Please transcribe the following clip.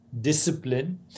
discipline